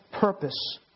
purpose